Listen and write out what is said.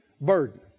burden